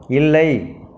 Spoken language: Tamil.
இல்லை